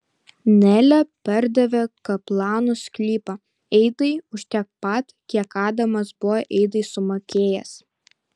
nelė pardavė kaplanų sklypą eidai už tiek pat kiek adamas buvo eidai sumokėjęs